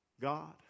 God